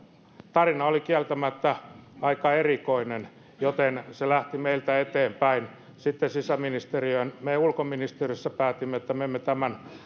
tarina oli kieltämättä aika erikoinen joten se lähti meiltä sitten eteenpäin sisäministeriöön me ulkoministeriössä päätimme että me emme